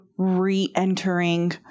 re-entering